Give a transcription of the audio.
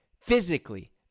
Physically